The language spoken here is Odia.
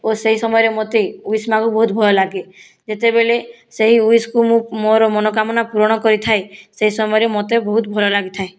ଓ ସେହି ସମୟରେ ମୋତେ ୱିଶ ମାଗୁ ବହୁତ ଭଲ ଲାଗେ ଯେତେବେଳେ ସେହି ୱିଶକୁ ମୁଁ ମୋର ମନକାମନା ପୂରଣ କରିଥାଏ ସେହି ସମୟରେ ମୋତେ ବହୁତ ଭଲ ଲାଗିଥାଏ